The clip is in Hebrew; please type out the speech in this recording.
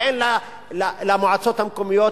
ואין למועצות המקומיות